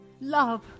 Love